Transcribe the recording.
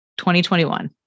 2021